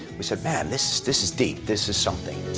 we said, man, this this is deep, this is something.